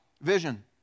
vision